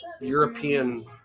European